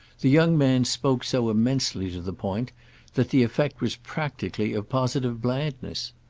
the young man spoke so immensely to the point that the effect was practically of positive blandness.